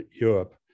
Europe